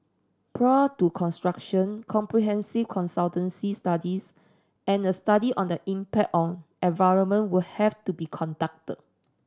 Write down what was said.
prior to construction comprehensive consultancy studies and a study on the impact on environment will have to be conducted